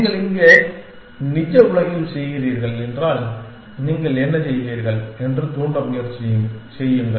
நீங்கள் இதை நிஜ உலகில் செய்கிறீர்கள் என்றால் நீங்கள் என்ன செய்வீர்கள் என்று தூண்ட முயற்சி செய்யுங்கள்